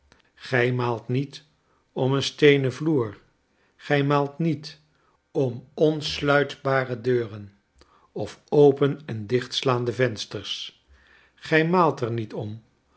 gij maalt niet om een steenen vloer gij maalt niet om onsluitbare deuren of open en dichtslaande vensters gij maalt er niet om